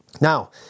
Now